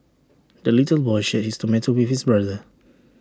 the little boy shared his tomato with his brother